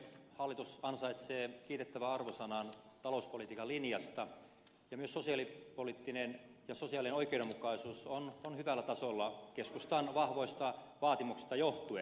hallitus ansaitsee kiitettävän arvosanan talouspolitiikan linjasta ja myös sosiaalipoliittinen ja sosiaalinen oikeudenmukaisuus on hyvällä tasolla keskustan vahvoista vaatimuksista johtuen